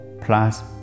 plus